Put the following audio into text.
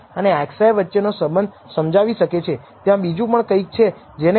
તેથી આ કિસ્સામાં તે એટલું જ કહે છે કે જો તમે કોઈ મહત્વનું સ્તર પસંદ કરો છો 0